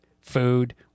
food